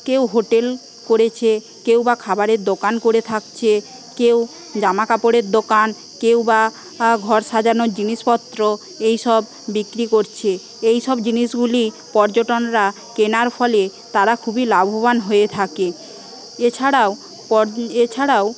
কেউ হোটেল করেছে কেউ বা খাবারের দোকান করে থাকছে কেউ জামাকাপড়ের দোকান কেউ বা ঘর সাজানোর জিনিসপত্র এইসব বিক্রি করছে এইসব জিনিসগুলি পর্যটকরা কেনার ফলে তাঁরা খুবই লাভবান হয়ে থাকে এছাড়াও এছাড়াও